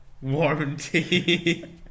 warranty